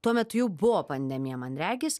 tuo metu jau buvo pandemija man regis